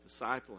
discipling